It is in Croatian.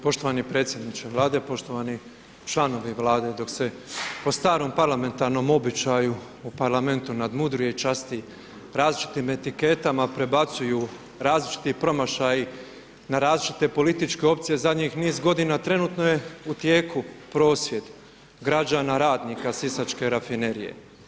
Poštovani predsjedniče Vlade, poštovani članovi Vlade, dok se po starom parlamentarnom običaju u Parlamentu nadmudruje i časti različitim etiketama, prebacuju različiti promašaji na različite političke opcije zadnjih niz godina, trenutno je u tijeku prosvjed građana, radnika Sisačke Rafinerije.